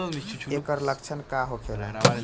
ऐकर लक्षण का होखेला?